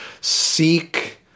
seek